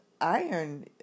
iron